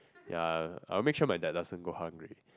ya I will make sure my dad doesn't go hungry